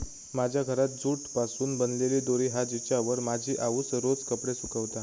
माझ्या घरात जूट पासून बनलेली दोरी हा जिच्यावर माझी आउस रोज कपडे सुकवता